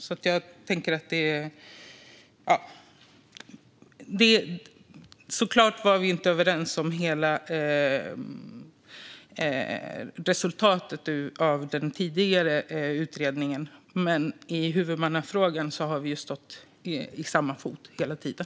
Vi var såklart inte överens om hela resultatet av den tidigare utredningen. Men i huvudmannafrågan har vi stått på samma fot hela tiden.